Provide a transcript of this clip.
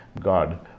God